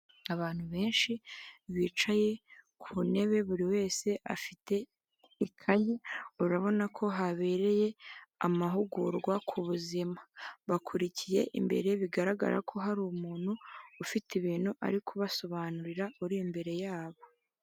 Abantu benshi bicaye ku ntebe, buri wese afite ikayi, urabona ko habereye amahugurwa ku buzima. Bakurikiye imbere bigaragara ko hari umuntu ufite ibintu ari kubasobanurira uri imbere yabo.